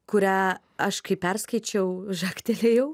kurią aš kai perskaičiau žagtelėjau